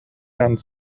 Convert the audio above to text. done